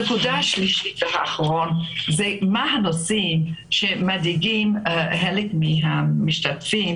הנקודה השלישית והאחרונה היא מה הנושאים שמדאיגים חלק מהמשתתפים